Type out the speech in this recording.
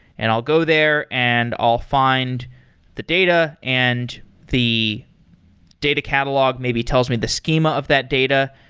and i'll go there and i'll find the data and the data catalogue maybe tells me the schema of that data,